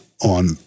on